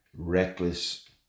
reckless